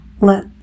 let